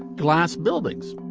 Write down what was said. glass buildings,